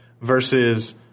versus